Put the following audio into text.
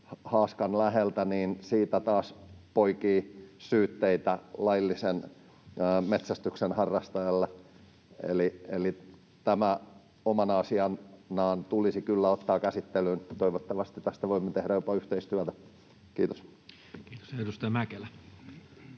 haaskan läheltä, niin siitä taas poikii syytteitä laillisen metsästyksen harrastajalle. Eli tämä tulisi omana asianaan kyllä ottaa käsittelyyn. Toivottavasti tässä voimme tehdä jopa yhteistyötä. — Kiitos. [Speech